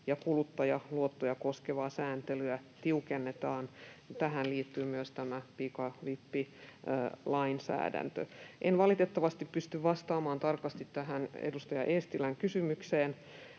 ja kuluttajaluottoja koskevaa sääntelyä tiukennetaan. Tähän liittyy myös tämä pikavippilainsäädäntö. En valitettavasti pysty vastaamaan tarkasti tähän edustaja Eestilän kysymykseen.